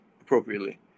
appropriately